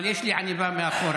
אבל יש לי עניבה מאחור.